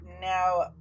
now